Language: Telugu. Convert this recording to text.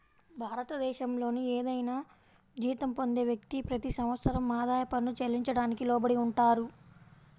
భారతదేశంలోని ఏదైనా జీతం పొందే వ్యక్తి, ప్రతి సంవత్సరం ఆదాయ పన్ను చెల్లించడానికి లోబడి ఉంటారు